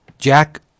Jack